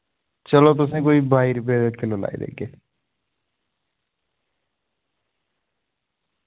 चलो तुसें कोई बाई रपे दे किल्लो लाई देगे